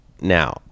now